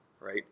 right